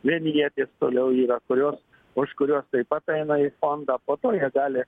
vinjetės toliau yra kurios už kuriuos taip pat eina į fondą po to jie gali